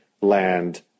land